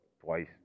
twice